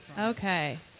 Okay